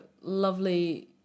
lovely